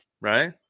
right